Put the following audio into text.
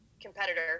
competitor